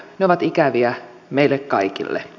ne ovat ikäviä meille kaikille